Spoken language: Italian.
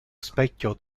specchio